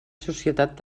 societat